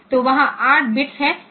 तो वहाँ 8 बिट्स हैं